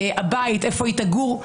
הבית איפה הם יגורו,